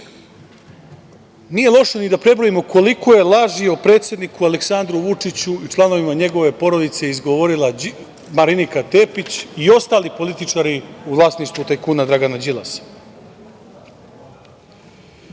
loše ni da prebrojimo koliko je laži o predsedniku Aleksandru Vučiću i članovima njegove porodice izgovorila Marinika Tepić i ostali političari u vlasništvu tajkuna Dragana Đilasa. Nije